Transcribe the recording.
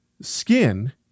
skin